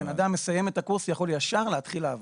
בן אדם מסיים את הקורס ויכול ישר להתחיל לעבוד.